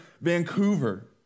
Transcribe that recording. Vancouver